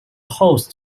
host